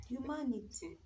Humanity